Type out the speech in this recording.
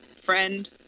friend